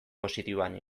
positiboan